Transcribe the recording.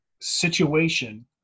situation